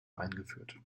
eingeführt